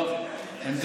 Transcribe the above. לא על המגזר הערבי?